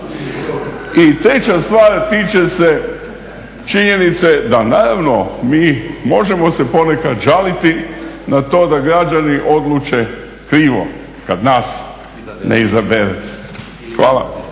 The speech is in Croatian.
I treća stvar, tiče se činjenice da naravno mi možemo se ponekad žaliti na to da građani odluče krivo kada nas ne izaberu. Hvala.